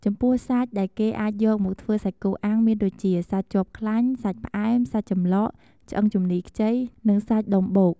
ចំពោះសាច់ដែលគេអាចយកមកធ្វើសាច់គោអាំងមានដូចជា សាច់ជាប់ខ្លាញ់ សាច់ផ្អែម សាច់ចំឡក ឆ្អឹងជំនីខ្ចី និងសាច់ដុំបូក។